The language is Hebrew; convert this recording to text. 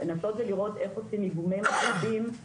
לנסות לראות לראות איפה באיגומי תקציבים,